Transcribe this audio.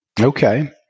Okay